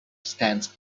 stands